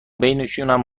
بینشونم